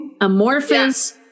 amorphous